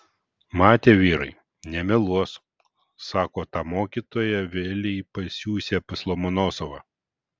matė vyrai nemeluos sako tą mokytoją vėlei pasiųsią pas lomonosovą